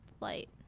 light